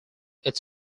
its